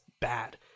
bad